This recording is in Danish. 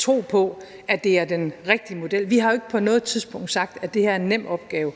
tro på, at det er den rigtige model. Vi har jo ikke på noget tidspunkt sagt, at det her er en nem opgave.